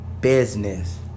business